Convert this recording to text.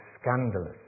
scandalous